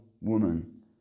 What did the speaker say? woman